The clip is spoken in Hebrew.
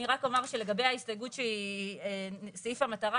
אני רק אומר שלגבי ההסתייגות לסעיף המטרה,